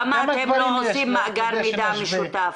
למה אתם לא עושים מאגר מידע משותף?